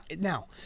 Now